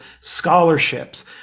scholarships